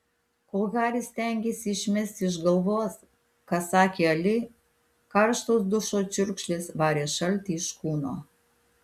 kol haris stengėsi išmesti iš galvos ką sakė ali karštos dušo čiurkšlės varė šaltį iš kūno